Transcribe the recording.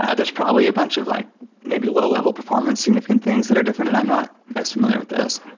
ah there's probably a bunch of like maybe low-level performance significant things that are different, and i'm not as familiar with those.